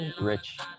Rich